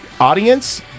Audience